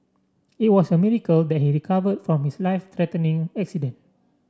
it was a miracle that he recovered from his life threatening accident